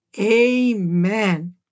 amen